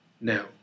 Now